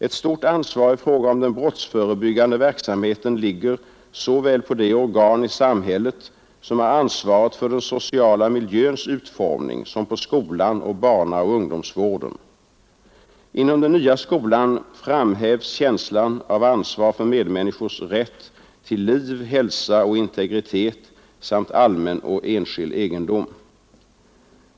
Ett stort ansvar i fråga om den brottsförebyggande verksamheten ligger såväl på de organ i samhället som har ansvaret för den sociala miljöns utformning som på skolan och barnaoch ungdomsvården. Inom den nya skolan framhävs känslan av ansvar för medmänniskors rätt till liv, hälsa och integritet samt allmän och enskild egendom.